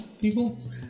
people